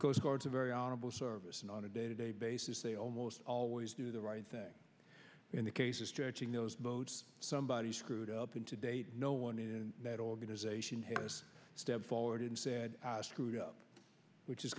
guards are very honorable service and on a day to day basis they almost always do the right thing in the case of stretching those votes somebody screwed up and to date no one in that organization has stepped forward and said screwed up which is